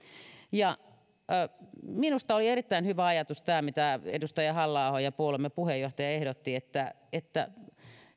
minusta oli erittäin hyvä ajatus se mitä edustaja halla aho puolueemme puheenjohtaja ehdotti että että